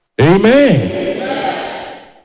Amen